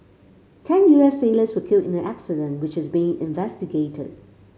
ten U S sailors were killed in the accident which is being investigated